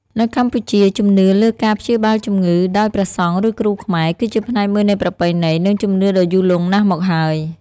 នៅកម្ពុជា ជំនឿលើការព្យាបាលជំងឺដោយព្រះសង្ឃ ឬគ្រូខ្មែរ គឺជាផ្នែកមួយនៃប្រពៃណី និងជំនឿដ៏យូរលង់ណាស់មកហើយ។